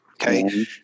Okay